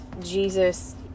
Jesus